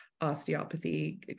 osteopathy